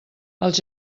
els